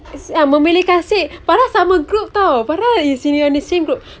ah memilih kasih padahal sama group [tau] padahal they are in the same group